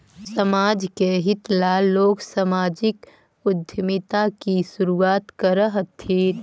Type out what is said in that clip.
समाज के हित ला लोग सामाजिक उद्यमिता की शुरुआत करअ हथीन